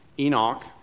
Enoch